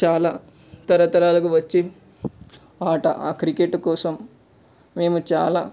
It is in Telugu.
చాలా తరతరాలుగా వచ్చిన ఆట ఆ క్రికెట్ కోసం మేము చాలా